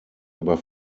über